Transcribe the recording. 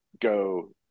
go